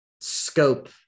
scope